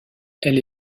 elle